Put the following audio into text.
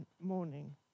morning